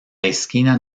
esquina